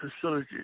facilities